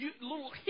little